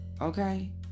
okay